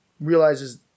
realizes